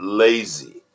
lazy